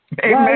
Amen